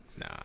Nah